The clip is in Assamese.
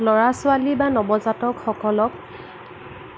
ল'ৰা ছোৱালী বা নৱজাতক সকলক